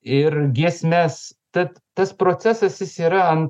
ir giesmes tad tas procesas jis yra ant